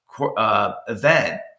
event